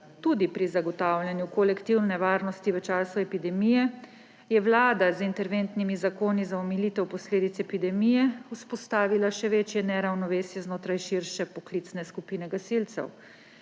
tudi pri zagotavljanju kolektivne varnosti v času epidemije, je Vlada z interventnimi zakoni za omilitev posledic epidemije vzpostavila še večje neravnovesje znotraj širše poklicne skupine gasilcev,